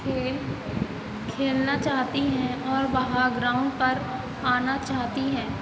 खेल खेलना चाहती हैं और बाहर ग्राउंड पर आना चाहती हैं